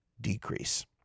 decrease